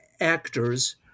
actors